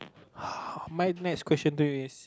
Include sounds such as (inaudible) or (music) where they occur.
(noise) my next question to you is